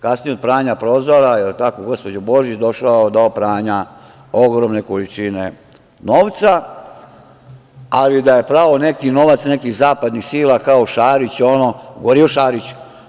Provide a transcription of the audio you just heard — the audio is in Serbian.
Kasnije od pranja prozora, jel tako gospođo Božić je došao do pranja ogromne količine novca, ali da je prao neki novac zapadnih sila kao Šarić, gori je od Šarića.